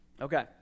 Okay